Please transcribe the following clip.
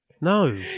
No